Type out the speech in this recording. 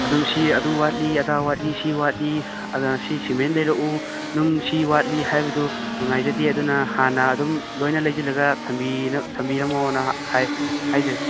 ꯑꯗꯨꯝ ꯁꯤ ꯑꯗꯨ ꯋꯥꯠꯂꯤ ꯑꯗꯥ ꯋꯥꯠꯂꯤ ꯁꯤ ꯋꯥꯠꯂꯤ ꯑꯗꯨꯅ ꯁꯤ ꯁꯤꯃꯦꯟ ꯂꯩꯔꯛꯎ ꯅꯨꯡ ꯁꯤ ꯋꯥꯠꯂꯤ ꯍꯥꯏꯕꯗꯨ ꯅꯨꯡꯉꯥꯏꯖꯗꯦ ꯑꯗꯨꯅ ꯍꯥꯟꯅ ꯑꯗꯨꯝ ꯂꯣꯏꯅ ꯂꯩꯁꯤꯜꯂꯒ ꯊꯝꯕꯤꯔꯝꯃꯣꯅ ꯍꯥꯏ ꯍꯥꯏꯖꯔꯤ